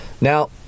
Now